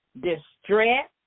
distress